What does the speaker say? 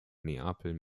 neapel